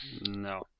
No